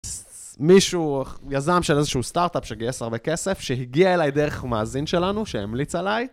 מישהו, יזם של איזשהו סטארט-אפ שגייס הרבה כסף שהגיע אליי דרך מאזין שלנו שהמליץ עליי.